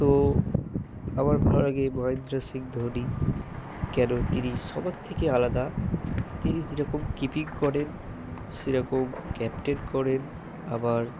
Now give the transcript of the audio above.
তো আমার ভালো লাগে মহেন্দ্র সিং ধোনি কেন তিনি সবার থেকে আলাদা তিনি যেরকম কিপিং করেন সেরকম ক্যাপ্টেন করেন আবার